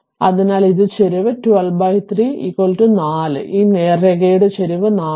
അതിനാൽ ഇത് ചരിവ് 12 ബൈ 3 4 ഈ നേർരേഖയ്ക്ക് ചരിവ് 4